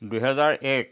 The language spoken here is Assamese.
দুই হেজাৰ এক